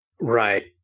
Right